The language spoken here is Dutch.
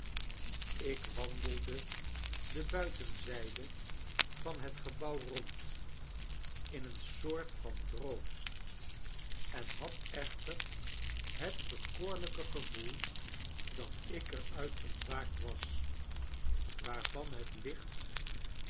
ik wandelde de buitenzijde van het gebouw rond in een soort van droom en had echter het bekoorlijke gevoel dat ik er uit ontwaakt was waarvan het licht